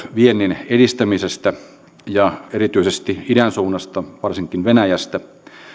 viennin edistämisestä ja erityisesti idän suunnasta varsinkin venäjästä